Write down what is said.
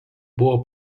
buvo